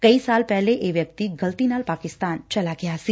ਕਈ ਸਾਲ ਪਹਿਲੇ ਇਹ ਵਿਅਕਤੀ ਗਲਤੀ ਨਾਲ ਪਾਕਿਸਤਾਨ ਚਲਾ ਗਿਆ ਸੀ